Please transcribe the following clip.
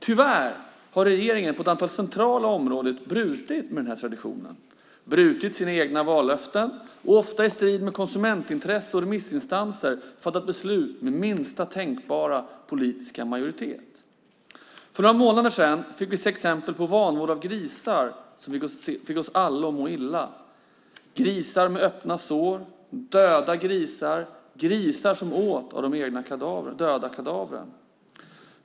Tyvärr har regeringen på ett antal centrala områden brutit med traditionen. Den har brutit sina egna vallöften och ofta i strid med konsumentintressen och remissinstanser fattat beslut med minsta tänkbara politiska majoritet. För några månader sedan fick vi se exempel på vanvård av grisar som fick oss alla att må illa. Det var grisar med öppna sår, döda grisar, grisar som åt av de döda kadavren.